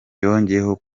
yongeyeho